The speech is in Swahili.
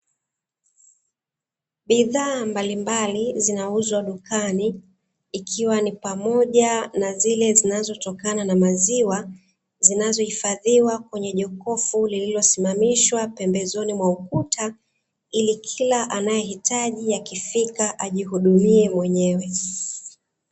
Bidhaa mbalimbali zinauzwa dukani ikiwa ni pamoja na zile zinazotokana na maziwa, zinazohifadhiwa kwenye jokofu lililosimamishwa pembezoni mwa ukuta, ili kila anayehitaji akifika ajihudumie wenyewe.